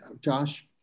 Josh